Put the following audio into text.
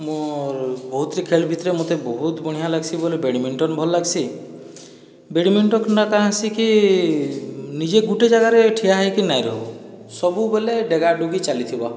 ମୋର ବହୁତ ଟି ଖେଲ ଭିତରେ ମୋତେ ବହୁତି ବଢ଼ିଆଁ ଲାଗ୍ସି ବୋଲେ ବେଡ଼ମିଟନ ଭଲ ଲାଗ୍ସି ବେଡ଼ମିଟନ କାଣାସି କି ନିଜେ ଗୋଟିଏ ଜାଗାରେ ଠିଆ ହୋଇକି ନାଇଁ ରହୁ ସବୁ ବେଲେ ଡେଗା ଡୁଗୀ ଚାଲିଥିବ